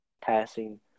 passing